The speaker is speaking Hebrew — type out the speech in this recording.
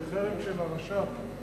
זה חרם של הרשות הפלסטינית.